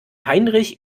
heinrich